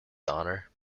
honor